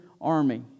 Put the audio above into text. army